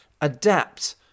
adapt